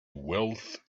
wealth